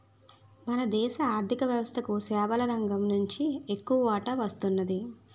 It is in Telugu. మన దేశ ఆర్ధిక వ్యవస్థకు సేవల రంగం నుంచి ఎక్కువ వాటా వస్తున్నది